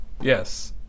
yes